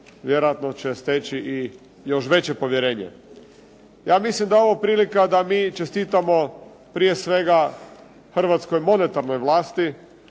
vjerojatno će steći i još veće povjerenje. Ja mislim da je ovo prilika da mi čestitamo prije svega hrvatskoj monetarnoj vlasti,